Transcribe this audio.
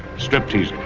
stripteaser,